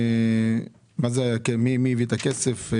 מי הביא את הכסף?